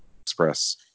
express